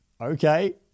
Okay